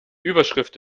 überschrift